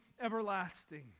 everlasting